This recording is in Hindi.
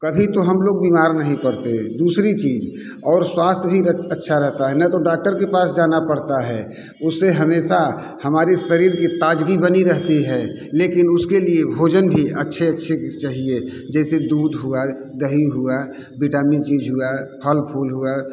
कभी तो हम लोग बीमार नहीं पड़ते दूसरी चीज और स्वास्थ्य भी अच्छा रहता है न तो डाक्टर के पास जाना पड़ता है उससे हमेशा हमारी शरीर की ताजगी बनी रहती है लेकिन उसके लिए भोजन भी अच्छे अच्छे चाहिए जैसे दूध हुआ दही हुआ विटामिन चीज हुआ फल फूल हुआ